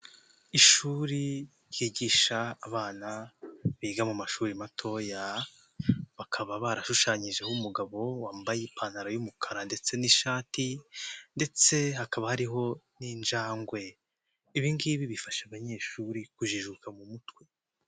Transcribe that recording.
ishuri ryigisha abana biga mu mashuri matoya, bakaba barashushanyijeho umugabo wambaye ipantaro y'umukara ndetse n'ishati ndetse hakaba hariho n'injangwe. ibi ngibi bifasha abanyeshuri kujijuka mu mutwe.